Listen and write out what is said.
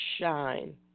SHINE